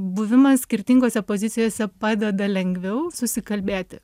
buvimas skirtingose pozicijose padeda lengviau susikalbėti